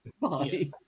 Bye